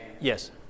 yes